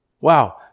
Wow